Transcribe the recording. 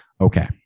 okay